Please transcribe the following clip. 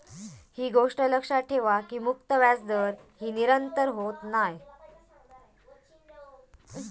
ही गोष्ट लक्षात ठेवा की मुक्त व्याजदर ही निरंतर होत नाय